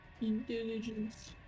intelligence